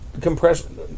compression